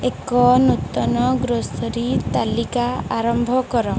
ଏକ ନୂତନ ଗ୍ରୋସରୀ ତାଲିକା ଆରମ୍ଭ କର